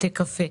בתי קפה,